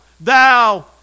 thou